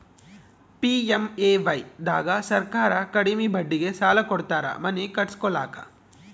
PMAY ದಾಗ ಸರ್ಕಾರ ಕಡಿಮಿ ಬಡ್ಡಿಗೆ ಸಾಲ ಕೊಡ್ತಾರ ಮನಿ ಕಟ್ಸ್ಕೊಲಾಕ